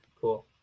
cool